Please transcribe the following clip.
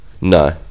no